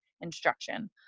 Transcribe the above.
instruction